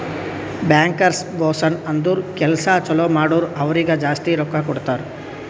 bankers bonus ಅಂದುರ್ ಕೆಲ್ಸಾ ಛಲೋ ಮಾಡುರ್ ಅವ್ರಿಗ ಜಾಸ್ತಿ ರೊಕ್ಕಾ ಕೊಡ್ತಾರ್